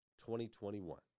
2021